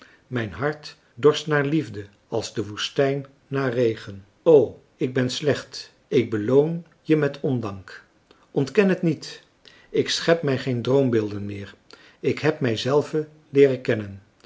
mijn hart dorst naar liefde als de woestijn naar regen o ik ben slecht ik beloon je met ondank ontken het niet ik schep mij geen droombeelden meer ik heb mij zelve leeren kennen